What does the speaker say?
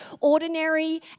ordinary